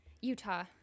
Utah